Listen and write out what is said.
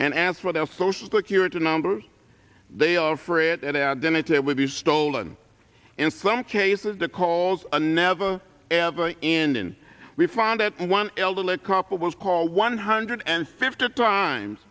and ask for their social security number they offer it and then it will be stolen in some cases the calls a never ever in and we find that one elderly couple will call one hundred and fifty times